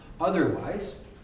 Otherwise